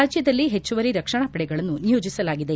ರಾಜ್ಯದಲ್ಲಿ ಹೆಚ್ಚುವರಿ ರಕ್ಷಣಾ ಪಡೆಗಳನ್ನು ನಿಯೋಜಿಸಲಾಗಿದೆ